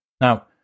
Now